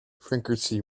frequency